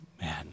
Man